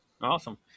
Awesome